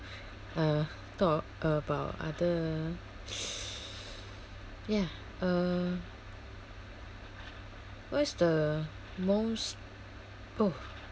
uh talk about other ya uh what's the most oh